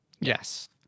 yes